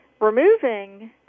removing